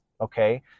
okay